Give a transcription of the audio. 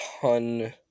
ton